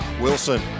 Wilson